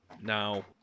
Now